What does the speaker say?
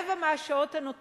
וברבע מהשעות, הנותרות,